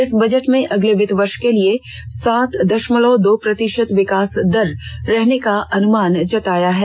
इस बजट में अगले वित्त वर्ष के लिए सात दषमलव दो प्रतिषत विकास दर रहने का अनुमान जताया है